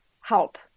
help